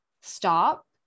stop